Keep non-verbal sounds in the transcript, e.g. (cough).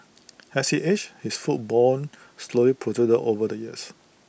(noise) as he aged his foot bone slowly protruded over the years